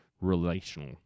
relational